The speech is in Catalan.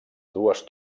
dues